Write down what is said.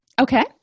Okay